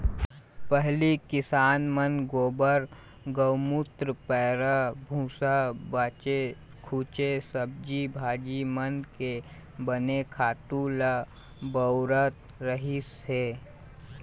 पहिली किसान मन गोबर, गउमूत्र, पैरा भूसा, बाचे खूचे सब्जी भाजी मन के बने खातू ल बउरत रहिस हे